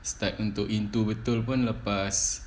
start into into betul pun lepas